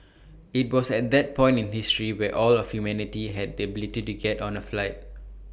IT was at that point in history where all of humanity had the ability to get on A flight